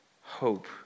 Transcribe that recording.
hope